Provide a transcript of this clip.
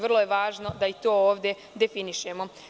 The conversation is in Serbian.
Vrlo je važno da i to definišemo.